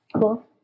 Cool